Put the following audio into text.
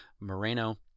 Moreno